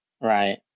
Right